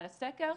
לסקר.